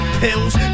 pills